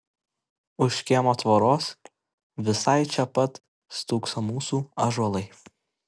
už kiemo tvoros visai čia pat stūkso mūsų ąžuolai